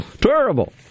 Terrible